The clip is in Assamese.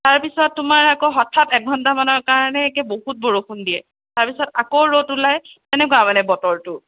তাৰ পিছত তোমাৰ আকৌ হঠাৎ এঘণ্টামানৰ কাৰণে মানে একে বহুত বৰষুণ দিয়ে তাৰপিছত আকৌ ৰ'দ ওলায় সেনেকুৱা মানে বতৰটো